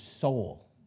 soul